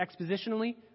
expositionally